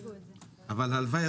אבל הלוואי,